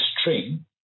string